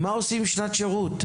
מה עושים עם שנת שירות?